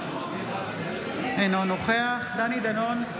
אינו נוכח דני דנון,